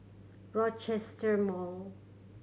Rochester Mall